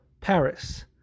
paris